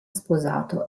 sposato